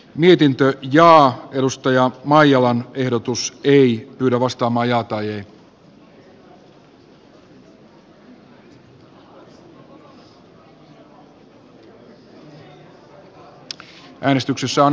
mietintöön ja juustoja majolan ehdotus ei kannatan edustaja maijalan esitystä